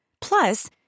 Plus